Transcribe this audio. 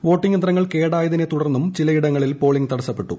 voting യന്ത്രങ്ങൾ കേടായതിനെ തുടർന്നും ചിലയിടങ്ങളിൽ പോളിംഗ് തടസ്സപ്പെട്ടു